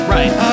Right